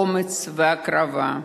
אומץ והקרבה.